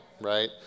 right